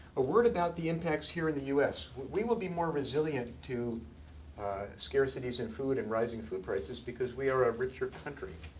a word about the impacts here in the us. we will be more resilient to scarcities in food, and rising food prices, because we are a richer country.